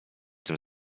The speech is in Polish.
tym